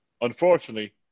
unfortunately